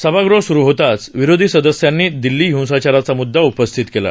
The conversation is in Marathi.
सभागृह सुरु होताच विरोधी सदस्यांनी दिल्ली हिंसाचाराचा मुद्दा उपस्थित केला